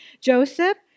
Joseph